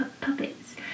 puppets